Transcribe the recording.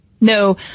No